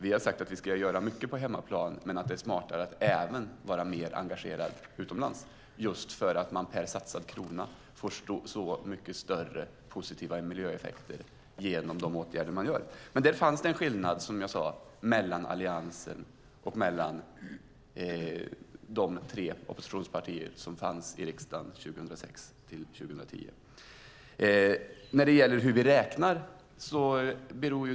Vi har sagt att vi ska göra mycket på hemmaplan men att det är smartare att även vara mer engagerad utomlands just för att man per satsad krona får mycket större positiva miljöeffekter genom de åtgärder som man gör där. Men, som jag sade, fanns det där en skillnad mellan Alliansen och de tre oppositionspartier som fanns i riksdagen 2006-2010.